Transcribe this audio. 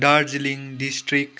Darjeeling district